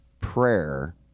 prayer